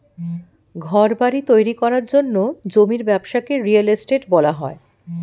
ঘরবাড়ি তৈরি করার জন্য জমির ব্যবসাকে রিয়েল এস্টেট বলা হয়